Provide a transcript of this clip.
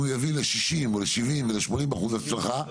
אם הוא יביא ל-60 או ל-70 או ל-80 אחוזי הצלחה,